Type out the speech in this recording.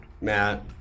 Matt